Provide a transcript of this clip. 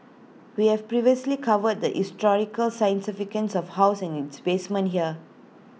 we have previously covered the historical scientific of house and its basement here